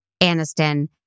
Aniston